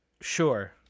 sure